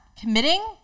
Committing